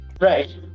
Right